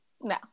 No